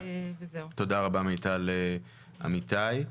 תודה רבה, מיטל אמיתי.